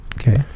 Okay